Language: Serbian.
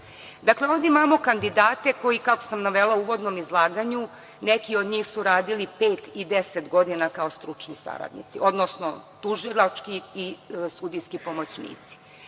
slučaja. Ovde imamo kandidate koji, kako sam navela u uvodnom izlaganju, neki od njih su radili pet i deset godina kao stručni saradnici, odnosno tužilački i sudijski pomoćnici.